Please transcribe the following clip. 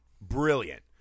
brilliant